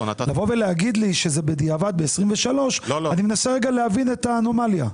לומר לי שזה בדיעבד ב-23' אני מנסה להבין את האנומליה.